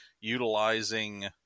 utilizing